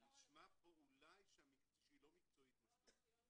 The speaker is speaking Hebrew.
נשמע פה אולי שהיא לא מקצועית מספיק.